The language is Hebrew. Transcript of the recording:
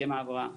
הסכם ההבראה.